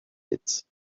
pits